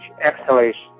exhalation